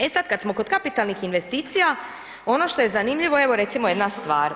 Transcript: E sad, kad smo kod kapitalnih investicija, ono što je zanimljivo, evo recimo jedna stvar.